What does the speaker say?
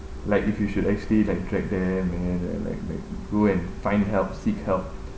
like if you should actually like drag them and like like like go and find help seek help